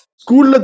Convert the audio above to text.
school